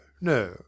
no